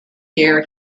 year